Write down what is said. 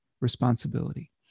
responsibility